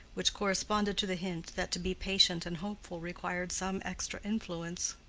which corresponded to the hint that to be patient and hopeful required some extra influence.